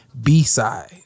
B-side